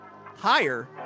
higher